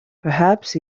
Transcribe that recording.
perhaps